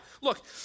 Look